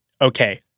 okay